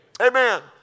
Amen